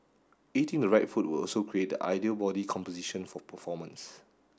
eating the right food will also create the ideal body composition for performance